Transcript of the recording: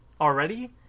already